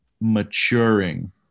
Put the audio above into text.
maturing